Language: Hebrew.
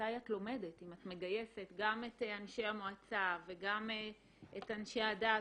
מתי את לומדת אם את מגייסת גם את אנשי המועצה וגם את אנשי הדת.